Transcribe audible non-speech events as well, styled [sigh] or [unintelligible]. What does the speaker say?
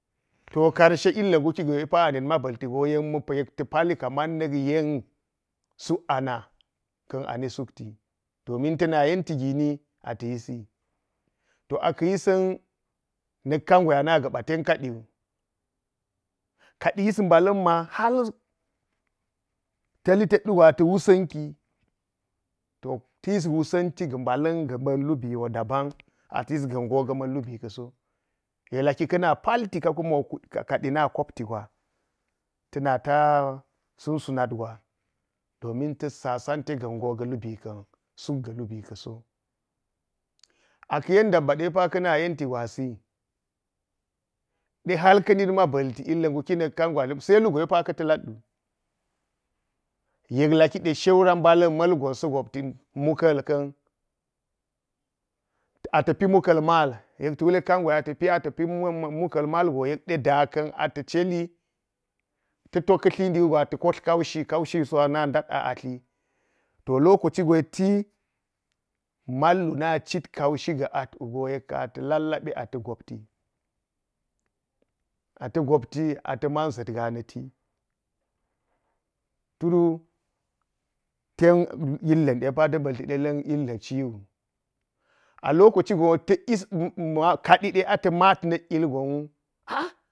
To karshe ilga̱ nguki gwe pa a mit ma ba̱lti go yek ta palla̱nwule na nit kaman na̱k suk ana ka̱n ani sulti domin ta̱ na yenti gini ata̱ yisi. To aka̱ yisaa̱ n ni kangwe ana ga̱ba ten kaɗi wu kadi yis mbala̱n ma. hal ta̱ la̱tet wugo ata̱ wusa̱nki. To tayi wusa̱nta ga̱ ma̱n mba̱la̱n ga̱ ma̱n mbi daban ata̱ yis ga̱n go ga̱ ma̱n lubi ka̱so, kana palti a ka kumi go kadi jel kopti gwa ta̱na sunsu nat gwa domin ta̱s sa sante ga̱n go ga̱ lubi ka̱m suk ga̱ lubi ka̱ so. A ka yen, dabba we fa ka na yen na̱ma gwasi de haka ka̱ nitma ba̱lti ilga̱ nguki na̱k kan gwe a fla̱m wu se lugwe ka̱ ta̱lat wu yek laki shura mbala̱n malgon ka̱n sa goptina ma̱ kalkan na ta̱ pi muka̱l mal yek ta wule kangwe ata pi muka̱l mal go yes de daa ka̱n ata celi ata̱ to ka̱ tindi wugo ata kotl kaushi kaushi so a naa ndat a’ atl to lokaci gwe ti mal ana cit kaushi ga atl go yet de ata̱ lallabe ata̱ gopti – ata̱ gopti ata̱ man ʒat gaa niti through tem ta illa̱n ɗe ta ba̱lti illi ciwu aloka ci gon wo kadi ta̱k yis na̱maatigwaswu. [unintelligible]